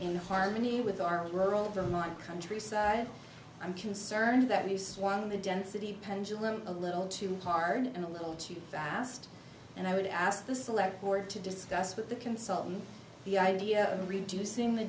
in harmony with our rural vermont countryside i'm concerned that we've swung the density pendulum a little too hard and a little too fast and i would ask the select board to discuss with the consultant the idea of reducing the